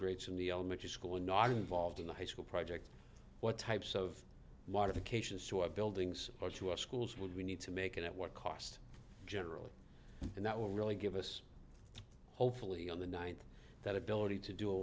grades in the elementary school and not involved in the high school project what types of modifications to our buildings or to our schools would we need to make it at what cost generally and that will really give us hopefully on the ninth that ability to do a